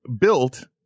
built